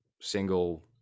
single